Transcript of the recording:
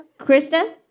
Krista